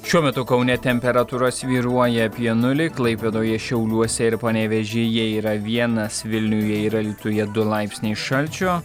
šiuo metu kaune temperatūra svyruoja apie nulį klaipėdoje šiauliuose ir panevėžyje yra vienas vilniuje ir alytuje du laipsniai šalčio